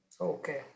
Okay